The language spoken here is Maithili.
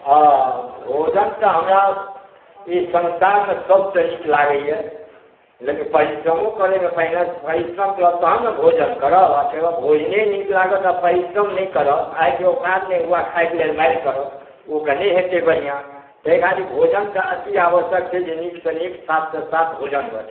हॅं भोजन तऽ हमरा ई संसारमे सबसँ नीक लागैया लेकिन परिश्रमो करयमे पहिने परिश्रम करब तहन ने भोजन करब भोजने नीक लागत आ परिश्रमे नहि करब आइके ओकाद नहि हुए आ खायलए मारि करब ओ तऽ नइ हेतय बढ़िया तए खातिर भोजनतए अति आबश्यक छै जे नीक सॅं नीक साफसॅं साफ भोजन बनय